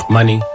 Money